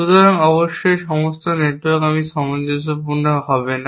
সুতরাং অবশ্যই সমস্ত নেটওয়ার্ক আমি সামঞ্জস্যপূর্ণ হবে না